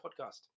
podcast